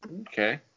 Okay